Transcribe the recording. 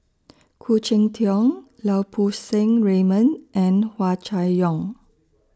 Khoo Cheng Tiong Lau Poo Seng Raymond and Hua Chai Yong